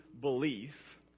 belief